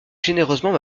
généreusement